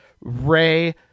Ray